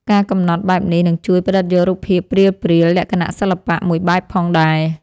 ការកំណត់បែបនេះនឹងជួយផ្តិតយករូបភាពព្រាលៗ លក្ខណៈសិល្បៈ មួយបែបផងដែរ។